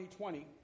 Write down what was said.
2020